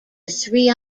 three